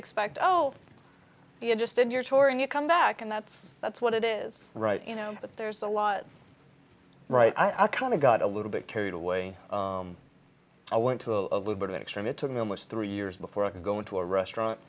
expect oh you just did your tour and you come back and that's that's what it is right you know but there's a lot right i kind of got a little bit carried away i went to a little bit extreme it took me almost three years before i could go into a restaurant